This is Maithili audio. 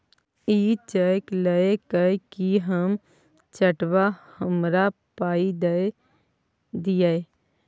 इ चैक लए कय कि हम चाटब? हमरा पाइ दए दियौ